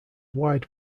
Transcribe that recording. wide